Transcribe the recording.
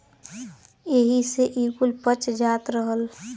एही से ई कुल पच जात रहल